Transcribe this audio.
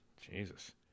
Jesus